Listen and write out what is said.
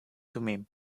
thummim